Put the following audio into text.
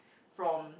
from